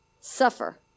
Suffer